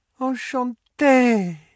Enchanté